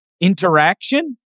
interaction